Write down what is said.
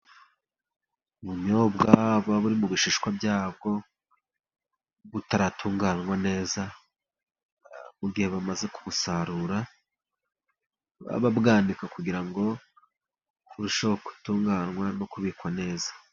Ubunyobwa buba buri mu bishishwa byabwo butaratunganywa neza, mu gihe bamaze kubusarura baba babwanika, kugira ngo burusheho gutunganywa no kubikwa neza.